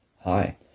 hi